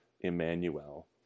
Emmanuel